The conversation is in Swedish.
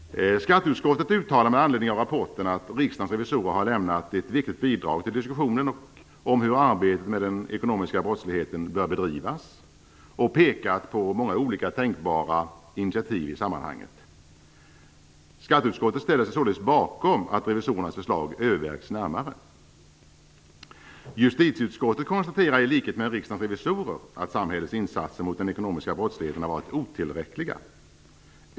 Skatteutskottet uttalar med anledning av rapporten att Riksdagens revisorer har lämnat ett viktigt bidrag till diskussionen om hur arbetet mot den ekonomiska brottsligheten bör bedrivas och pekat på många olika tänkbara initiativ i sammanhanget. Skatteutskottet ställer sig således bakom att revisorernas förslag övervägs närmare. Justitieutskottet konstaterar i likhet med Riksdagens revisorer att samhällets insatser mot den ekonomiska brottsligheten varit otillräckliga.